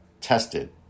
tested